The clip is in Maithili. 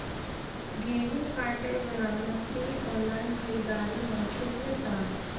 गेहूँ काटे बना मसीन ऑनलाइन खरीदारी मे छूट मिलता?